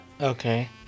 Okay